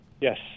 Yes